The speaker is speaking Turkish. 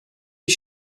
bir